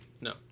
No